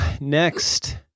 Next